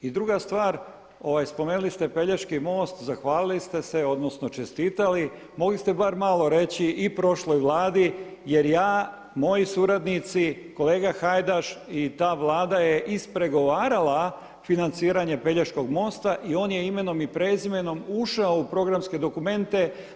I druga stvar, spomenuli ste Pelješki most, zahvalili ste se, odnosno čestitali, mogli ste bar malo reći i prošloj Vladi jer ja, moji suradnici, kolega Hajdaš i ta Vlada je ispregovarala financiranje Pelješkog mosta i on je imenom i prezimenom ušao u programske dokumente.